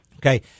Okay